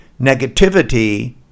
negativity